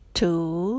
two